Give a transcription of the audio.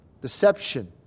deception